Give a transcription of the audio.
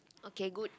okay good